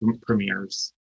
premieres